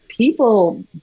people